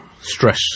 stress